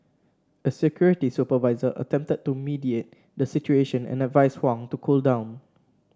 a security supervisor attempted to mediate the situation and advised Huang to cool down